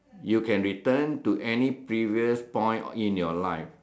you can return to any previous point in your life